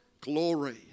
glory